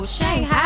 Shanghai